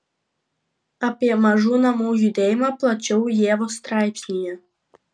apie mažų namų judėjimą plačiau ievos straipsnyje